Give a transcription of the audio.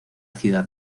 ciudad